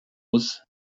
muss